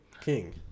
King